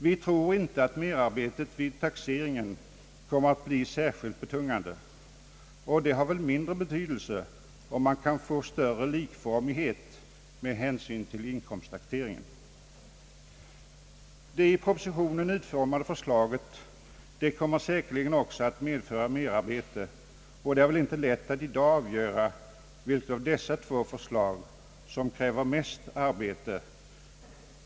Vi tror inte att merarbetet vid taxeringen kommer att bli särskilt betungande — detta merarbete har väl för övrigt mindre betydelse om man kan få större likformighet med hänsyn till inkomstbeskattningen. Det i propositionen utformade förslaget kommer säkerligen också att medföra merarbete, och det är väl inte lätt att i dag avgöra vilket av dessa två förslag som kräver mest merarbete.